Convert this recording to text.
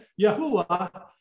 Yahuwah